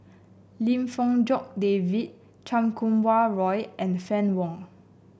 Lim Fong Jock David Chan Kum Wah Roy and Fann Wong